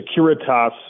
Securitas